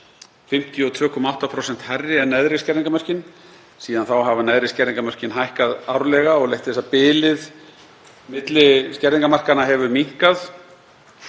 52,8% hærri en neðri skerðingarmörkin. Síðan þá hafa neðri skerðingarmörkin hækkað árlega og leitt til þess að bilið milli skerðingarmarkana hefur minnkað.